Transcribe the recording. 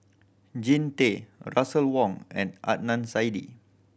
Jean Tay Russel Wong and Adnan Saidi